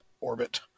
orbit